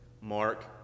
Mark